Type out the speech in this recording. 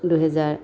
দুহেজাৰ